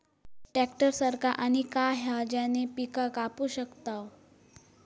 Tractor सारखा आणि काय हा ज्याने पीका कापू शकताव?